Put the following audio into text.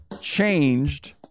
changed